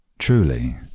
Truly